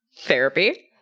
therapy